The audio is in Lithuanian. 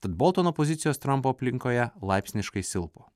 tad boltono pozicijos trampo aplinkoje laipsniškai silpo